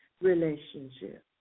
relationship